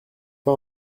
pas